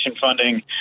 funding